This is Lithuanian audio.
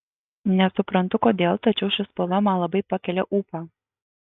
nesuprantu kodėl tačiau ši spalva man labai pakelia ūpą